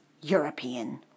European